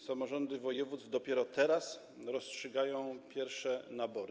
Samorządy województw dopiero teraz rozstrzygają pierwsze nabory.